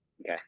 Okay